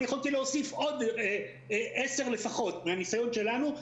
יכולתי להוסיף עוד עשר לפחות מהניסיון שלנו,